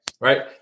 Right